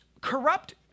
corrupt